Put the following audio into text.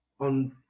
on